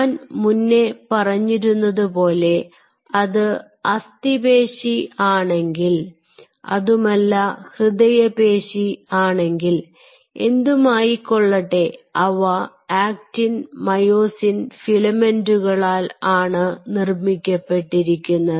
ഞാൻ മുന്നേ പറഞ്ഞിരുന്നതുപോലെ അത് അസ്ഥിപേശി ആണെങ്കിൽ അതുമല്ല ഹൃദയപേശി ആണെങ്കിൽ എന്തുമായിക്കൊള്ളട്ടെ അവ ആക്ടിൻ മായോസിൻ ഫിലമെന്റുകളാൽ ആണ് നിർമ്മിക്കപ്പെട്ടിരിക്കുന്നത്